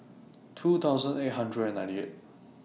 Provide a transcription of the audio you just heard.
two thousand eight hundred and ninety eight